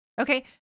Okay